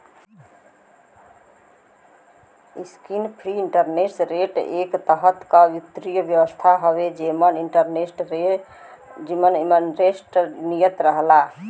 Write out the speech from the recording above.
risk free interest rate एक तरह क वित्तीय व्यवस्था हउवे जेमन इंटरेस्ट रेट नियत रहला